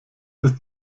ist